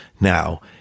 Now